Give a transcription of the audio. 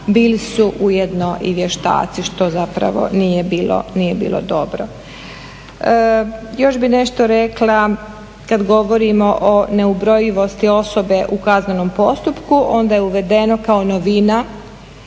bili su ujedno i vještaci što nije bilo dobro. Još bi nešto rekla kada govorimo o neubrojivosti osobe u kaznenom postupku onda je uvedeno kao novina